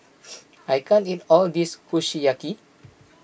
I can't eat all of this Kushiyaki